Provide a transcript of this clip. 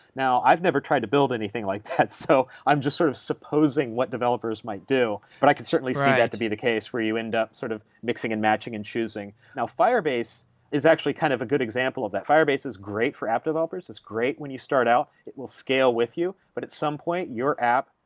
now, i've never tried to build anything like that, so i'm just sort of supposing what developers might do. but i can certainly see that to be the case where you end up sort of mixing and matching and firebase is actually kind of a good example of that. firebase is great for app developers. it's great when you start out. it will scale with you, but at some point your app,